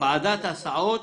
ועדת הסעות,